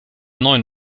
neuen